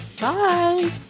Bye